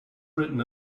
written